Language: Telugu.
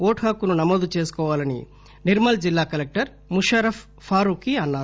ఓటు హక్కును నమోదు చేసుకోవాలని నిర్మల్ జిల్లా కలెక్టర్ ముషర్రఫ్ ఫారూఖీ అన్నారు